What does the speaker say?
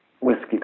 whiskey